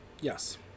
Yes